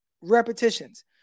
repetitions